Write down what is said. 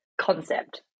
concept